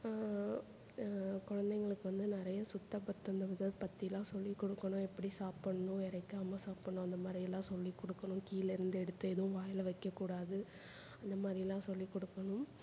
குழந்தைங்களுக்கு வந்து நிறைய சுத்தபத்தம் அந்த இதை பற்றிலாம் சொல்லிக் கொடுக்கணும் எப்படி சாப்பிட்ணும் இறைக்காம சாப்பிட்ணும் அந்த மாதிரிலாம் சொல்லிக் கொடுக்கணும் கீழேருந்து எடுத்து எதுவும் வாயில் வைக்கக்கூடாது அந்த மாதிரிலாம் சொல்லிக் கொடுக்கணும்